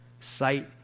Sight